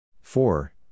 four